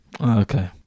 Okay